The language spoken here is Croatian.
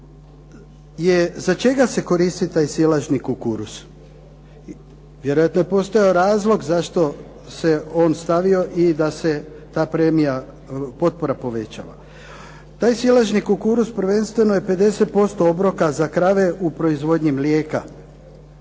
za čega se koristi taj silažnji kukuruz? Vjerojatno je postojao razlog zašto se on stavio i da se ta premija potpora povećava. Taj silažnji kukuruz prvenstveno je 50% obroka za krave u proizvodnji mlijeka.